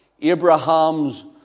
Abraham's